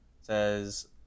says